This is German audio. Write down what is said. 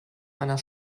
einer